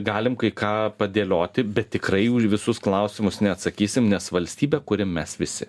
galim kai ką padėlioti bet tikrai visus klausimus neatsakysim nes valstybę kuriam mes visi